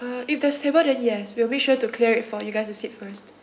uh if there's table then yes we we'll make sure to clear it for you guys to sit first